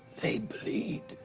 they bleed,